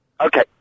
Okay